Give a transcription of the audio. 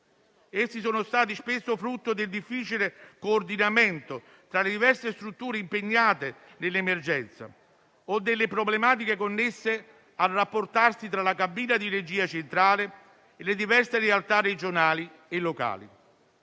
Essi sono stati spesso frutto del difficile coordinamento tra le diverse strutture impegnate nell'emergenza o delle problematiche connesse al rapporto tra la cabina di regia centrale e le diverse realtà regionali e locali.